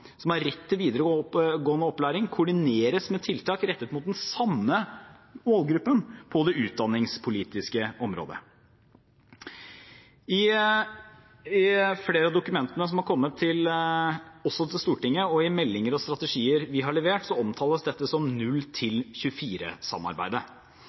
som har rett til videregående opplæring, koordineres med tiltak rettet mot den samme målgruppen på det utdanningspolitiske området. I flere av dokumentene som har kommet til Stortinget, i meldinger og i strategier vi har levert, omtales dette som 0–24-samarbeidet. I dette samarbeidet